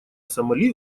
сомали